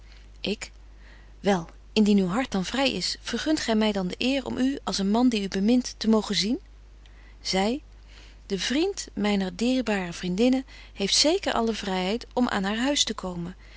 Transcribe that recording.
ik wel indien uw hart dan vry is vergunt gy my dan de eer om u als een man die u bemint te mogen zien betje wolff en aagje deken historie van mejuffrouw sara burgerhart zy de vriend myner dierbare vriendinne heeft zeker alle vryheid om aan haar huis te komen